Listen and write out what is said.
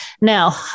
Now